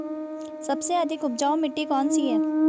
सबसे अधिक उपजाऊ मिट्टी कौन सी है?